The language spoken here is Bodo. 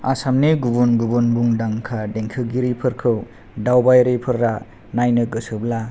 आसामनि गुबुन गुबुन मुंदांखा देंखोगिरिफोरखौ दावबायारिफोरा नायनो गोसोब्ला